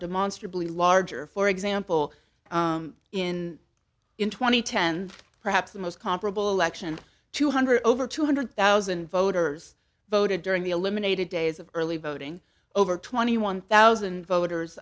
demonstrably larger for example in in two thousand and ten perhaps the most comparable election two hundred over two hundred thousand voters voted during the eliminated days of early voting over twenty one thousand voters